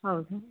ಹೌದು